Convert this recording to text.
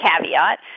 caveat